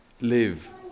live